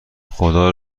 خدا